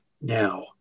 now